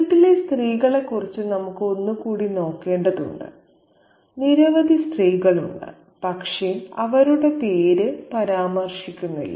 വീട്ടിലെ സ്ത്രീകളെക്കുറിച്ചും നമുക്ക് ഒന്നുകൂടി നോക്കേണ്ടതുണ്ട് നിരവധി സ്ത്രീകൾ ഉണ്ട് പക്ഷേ അവരുടെ പേര് പരാമർശിക്കുന്നില്ല